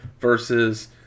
versus